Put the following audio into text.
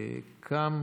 קם